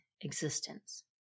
existence